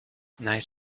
night